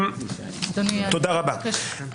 תודה רבה.